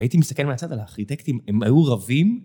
‫הייתי מסתכל מהצד על הארכיטקטים, ‫הם היו רבים.